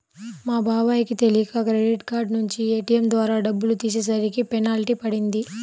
మా బాబాయ్ కి తెలియక క్రెడిట్ కార్డు నుంచి ఏ.టీ.యం ద్వారా డబ్బులు తీసేసరికి పెనాల్టీ పడింది